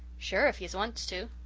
sure, if yez wants to,